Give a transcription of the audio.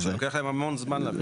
רק שלוקח להם המון זמן להמליץ.